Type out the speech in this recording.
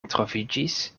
troviĝis